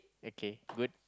okay good